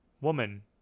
woman